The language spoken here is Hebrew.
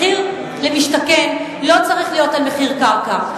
מחיר למשתכן לא צריך להיות על מחיר קרקע,